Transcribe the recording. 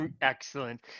Excellent